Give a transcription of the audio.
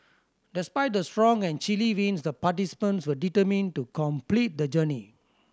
despite the strong and chilly winds the participants were determined to complete the journey